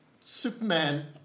Superman